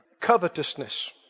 Covetousness